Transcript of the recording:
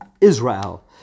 Israel